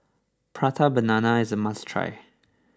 Prata Banana is a must try